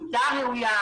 מיטה ראויה,